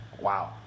Wow